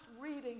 reading